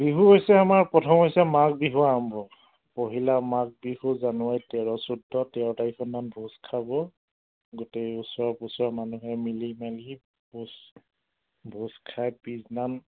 বিহু হৈছে আমাৰ প্ৰথম হৈছে মাঘ বিহু আৰম্ভ পহিলা মাঘ বিহু জানুৱাৰী তেৰ চৈধ্য তেৰ তাৰিখৰ দিনাখন ভোজ খাব গোটেই ওচৰ ওচৰ মানুহে মিলি মেলি ভোজ ভোজ খাই পিছদিনাখন